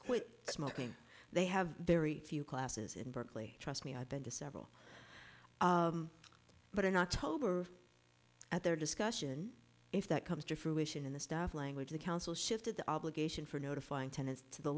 quit smoking they have their few classes in berkeley trust me i've been to several but in october at their discussion if that comes to fruition in this stuff language the council shifted the obligation for notifying tenants to the